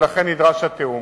ולכן נדרש התיאום.